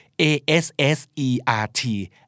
A-S-S-E-R-T